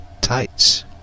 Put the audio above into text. tights